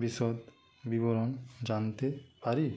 বিশদ বিবরণ জানতে পারি